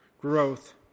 growth